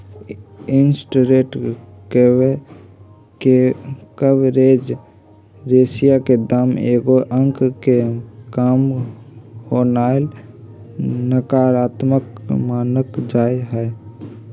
interest coverage ratio के दाम एगो अंक से काम होनाइ नकारात्मक मानल जाइ छइ